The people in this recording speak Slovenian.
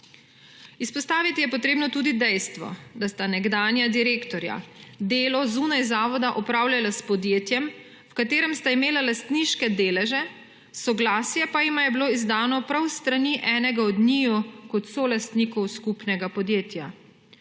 Izpostaviti je treba tudi dejstvo, da sta nekdanja direktorja delo zunaj zavoda opravljala s podjetjem, v katerem sta imela lastniške deleže, soglasje pa jima je bilo izdano prav s strani enega od njiju kot solastniku skupnega podjetja.